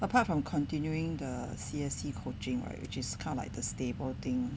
apart from continuing the C_S_C coaching right which is kind of like the stable thing